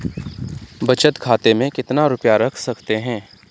बचत खाते में कितना रुपया रख सकते हैं?